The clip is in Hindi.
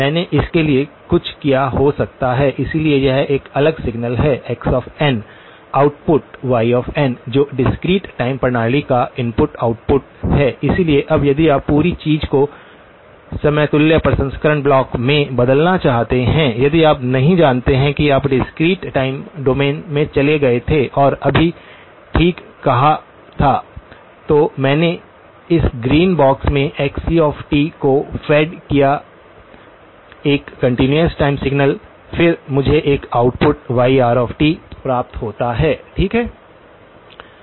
मैंने इसके लिए कुछ किया हो सकता है इसलिए यह एक अलग सिग्नल है x n output y n जो डिस्क्रीट टाइम प्रणाली का इनपुट आउटपुट है इसलिए अब यदि आप पूरी चीज़ को समतुल्य प्रसंस्करण ब्लॉक में बदलना चाहते हैं यदि आप नहीं जानते थे कि आप डिस्क्रीट टाइम डोमेन में चले गए थे और अभी ठीक कहा था तो मैंने इस ग्रीन बॉक्स में xc को फेड किया एक कंटीन्यूअस टाइम सिग्नल फिर मुझे एक आउटपुट yrt प्राप्त होता है ठीक है